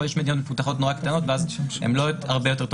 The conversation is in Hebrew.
יכול להיות שיש מדינות מפותחות מאוד קטנות ואז הן